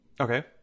Okay